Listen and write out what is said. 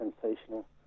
sensational